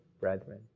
brethren